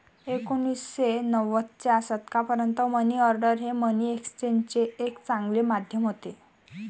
एकोणीसशे नव्वदच्या दशकापर्यंत मनी ऑर्डर हे मनी एक्सचेंजचे एक चांगले माध्यम होते